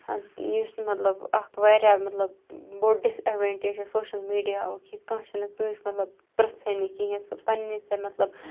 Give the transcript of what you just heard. یُس مطلب اَکھ واریاہ مطلب بوٚڑ ڈِس اٮ۪ڈوٮ۪نٛٹیج چھِ سوشَل میٖڈیاہُک یہِ کانٛہہ چھِنہٕ کٲنٛسہِ مطلب پِرٛژھٲنی کِہیٖنۍ سُہ پنٛنہِ جاے مطلب